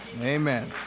Amen